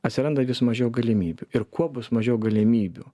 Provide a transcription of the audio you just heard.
atsiranda vis mažiau galimybių ir kuo bus mažiau galimybių